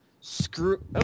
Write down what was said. Screw